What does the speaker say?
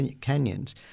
canyons